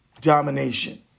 domination